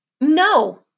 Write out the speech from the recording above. No